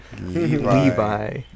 Levi